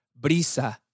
Brisa